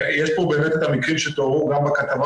יש פה באמת את המקרים שתוארו גם בכתבה